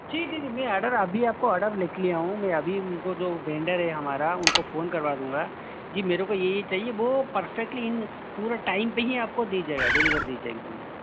ठीक है जी मैं आर्डर अभी आप का ऑर्डर लिख लिया हूँ मैं अभी उनको जो वेंडर है हमारा उनको फ़ोन करवा दूँगा जी मेरे को ये ये चाहिए वो परफेक्टली इन पूरा टाइम पर ही आप को दे जाएगा डिलीवर दी जाएगी हम लोग